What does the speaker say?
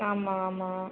ஆமாம் ஆமாம்